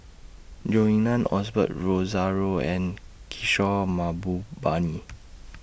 Zhou Ying NAN Osbert Rozario and Kishore Mahbubani